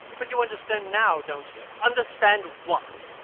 but you understand now, don't you? understand what?